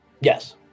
Yes